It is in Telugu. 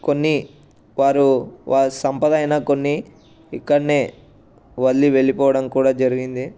కొన్ని వారు వారి సంపద అయిన కొన్ని ఇక్కడనే వదిలి వెళ్లిపోవడం కూడా జరిగింది